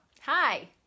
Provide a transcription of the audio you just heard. hi